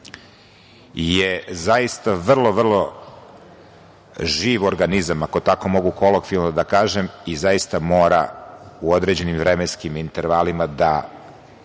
je zaista vrlo živ organizam, ako tako mogu kolokvijalno da kažem i zaista mora u određenim vremenskim intervalima da